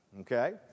Okay